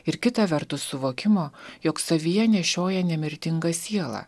ir kita vertus suvokimo jog savyje nešioja nemirtingą sielą